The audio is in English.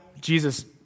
Jesus